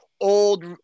old